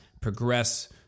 progress